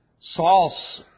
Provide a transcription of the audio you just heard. Saul's